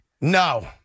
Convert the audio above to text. No